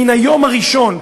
מן היום הראשון,